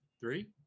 three